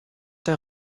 der